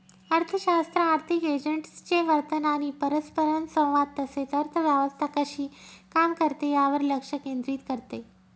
अर्थशास्त्र आर्थिक एजंट्सचे वर्तन आणि परस्परसंवाद तसेच अर्थव्यवस्था कशी काम करते यावर लक्ष केंद्रित करते